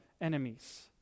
enemies